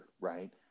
right